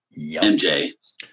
MJ